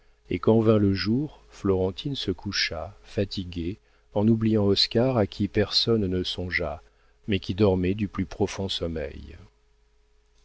et quand vint le jour florentine se coucha fatiguée en oubliant oscar à qui personne ne songea mais qui dormait du plus profond sommeil